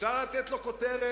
אפשר לתת לו את הכותרת